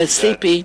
ברסיפה,